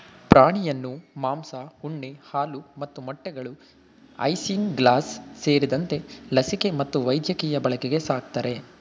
ಪ್ರಾಣಿಯನ್ನು ಮಾಂಸ ಉಣ್ಣೆ ಹಾಲು ಮತ್ತು ಮೊಟ್ಟೆಗಳು ಐಸಿಂಗ್ಲಾಸ್ ಸೇರಿದಂತೆ ಲಸಿಕೆ ಮತ್ತು ವೈದ್ಯಕೀಯ ಬಳಕೆಗೆ ಸಾಕ್ತರೆ